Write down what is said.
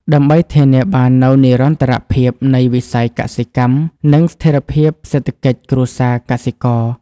ដើម្បីធានាបាននូវនិរន្តរភាពនៃវិស័យកសិកម្ម និងស្ថិរភាពសេដ្ឋកិច្ចគ្រួសារកសិករ។